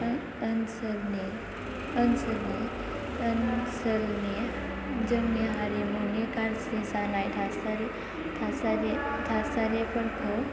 ओनसोलनि जोंनि हारिमुनि गाज्रि जानाय थासारिफोरखौ